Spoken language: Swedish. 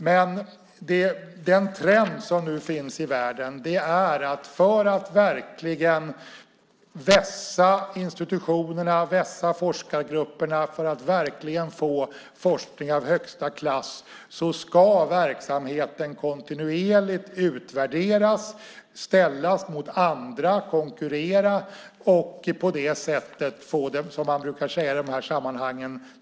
Men den trend som nu finns i världen är att för att verkligen vässa institutionerna och forskargrupperna och få forskning av högsta klass ska verksamheten kontinuerligt utvärderas, ställas mot andra och konkurrera och på det sättet få en större excellens, som man brukar säga i de här sammanhangen.